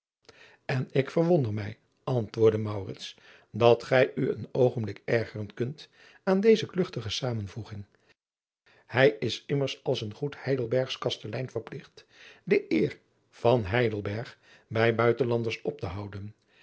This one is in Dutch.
n ik verwonder mij antwoordde dat gij u een oogenblik ergeren kunt aan deze kluchtige zamenvoeging ij is immers als een goed eidelbergsch kastelein verpligt de eer van eidelberg bij uitenlanders op te houden